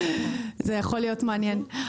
זה יכול להיות מעניין.